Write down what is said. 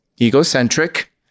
egocentric